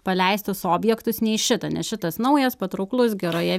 paleistus objektus nei šitą nes šitas naujas patrauklus geroje